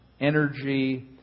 energy